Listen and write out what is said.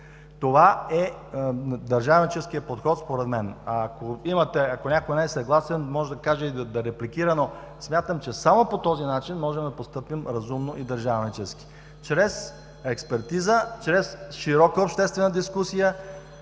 Това е държавническият подход според мен. Ако някой не е съгласен, може да каже и да репликира, но смятам, че само по този начин можем да постъпим разумно и държавнически, чрез експертиза, чрез широка обществена дискусия.